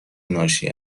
ناشی